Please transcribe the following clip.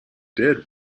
did